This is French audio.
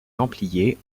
templiers